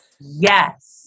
yes